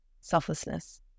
selflessness